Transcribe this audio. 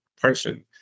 person